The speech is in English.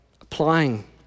applying